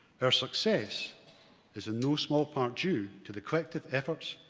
our success is a no small part due to the collective efforts,